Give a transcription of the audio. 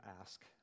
ask